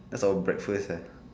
that's our breakfast [sial]